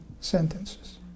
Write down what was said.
sentences